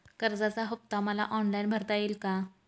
कर्जाचा हफ्ता मला ऑनलाईन भरता येईल का?